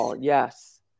yes